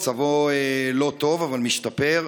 מצבו לא טוב אבל משתפר.